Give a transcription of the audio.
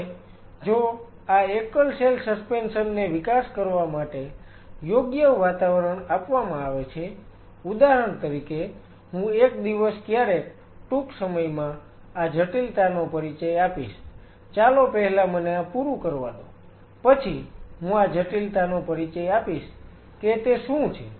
હવે જો આ એકલ સેલ સસ્પેન્શન ને વિકાસ કરવા માટે યોગ્ય વાતાવરણ આપવામાં આવે છે ઉદાહરણ તરીકે હું એક દિવસ ક્યારેક ટૂંક સમયમાં આ જટિલતાનો પરિચય આપીશ ચાલો પહેલા મને આ પૂરું કરવા દો પછી હું આ જટિલતાનો પરિચય આપીશ કે તે શું છે